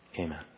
Amen